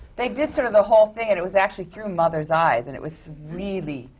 they did sort of the whole thing, and it was actually through mother's eyes, and it was really,